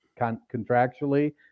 contractually